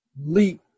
leap